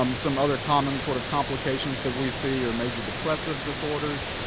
um some other common sort of complications that we see are major depressive disorders.